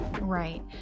Right